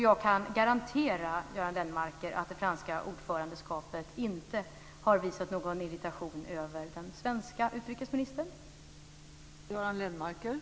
Jag kan garantera, Göran Lennmarker, att det franska ordförandeskapet inte har visat någon irritation över den svenska utrikesministern.